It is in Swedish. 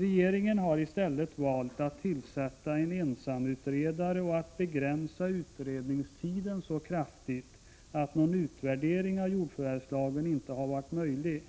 Regeringen har i stället valt att tillsätta en ensamutredare och att begränsa utredningstiden så kraftigt att någon utvärdering av jordförvärvslagen inte varit möjlig.